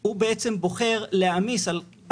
מה, הוא יוותר על הקפה?